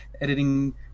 editing